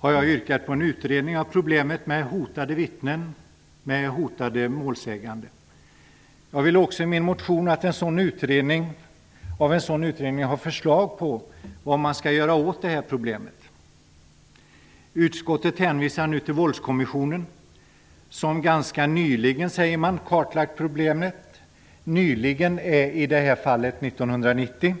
har jag yrkat på en utredning av problemet med hotade vitten och hotade målsäganden. Jag vill också i en sådan utredning ha förslag på vad man bör göra åt detta problem. Utskottet hänvisar nu till Våldskommissionen, som ganska nyligen -- säger man -- kartlagt problemet. Nyligen är i detta fall år 1990.